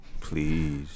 Please